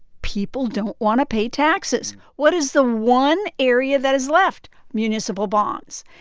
people don't want to pay taxes. what is the one area that is left? municipal bonds.